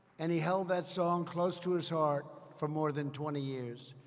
and he held that song close to his heart for more than twenty years.